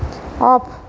off